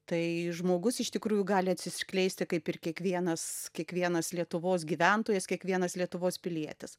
tai žmogus iš tikrųjų gali atsiskleisti kaip ir kiekvienas kiekvienas lietuvos gyventojas kiekvienas lietuvos pilietis